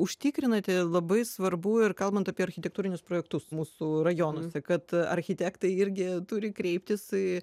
užtikrinate labai svarbu ir kalbant apie architektūrinius projektus mūsų rajonuose kad architektai irgi turi kreiptis į